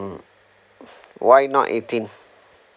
mm why not eighteen